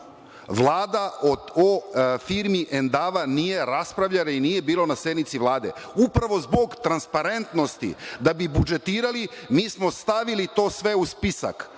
Vlada o firmi „Endava“ nije raspravljala i nije bilo na sednici Vlade, upravo zbog transparentnosti. Da bi budžetirali, mi smo stavili to sve u spisak.